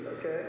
Okay